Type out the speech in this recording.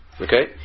Okay